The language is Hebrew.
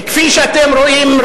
כפי שאתם רואים,